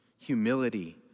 humility